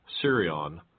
Sirion